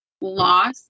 loss